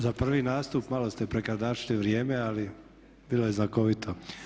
Za prvi nastup malo ste prekrdašili vrijeme ali bilo je znakovito.